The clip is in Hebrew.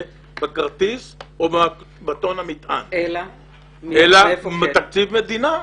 בכרטיס או במטען אלא זה בא מתקציב מדינה.